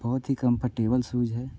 बहुत ही comfortable shoes है